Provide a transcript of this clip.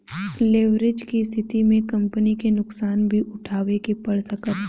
leverage के स्थिति में कंपनी के नुकसान भी उठावे के पड़ सकता